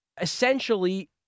essentially